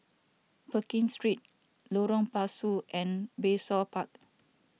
Pekin Street Lorong Pasu and Bayshore Park